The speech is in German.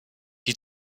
die